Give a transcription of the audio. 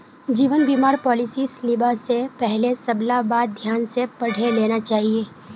जीवन बीमार पॉलिसीस लिबा स पहले सबला बात ध्यान स पढ़े लेना चाहिए